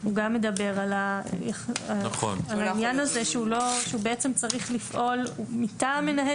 הוא גם מדבר על העניין הזה שהוא בעצם צריך לפעול "מטעם מנהל